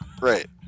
Right